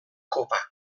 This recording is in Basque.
kopa